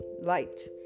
light